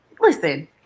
listen